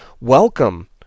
welcome